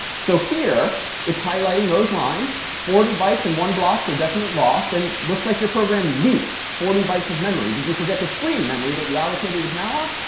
so here it's highlighting those lines. forty bytes and one blocks are definitely lost, and looks like your program leaked forty bytes of memory. did you forget the free memory that you allocated with malloc?